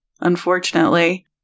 unfortunately